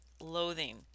loathing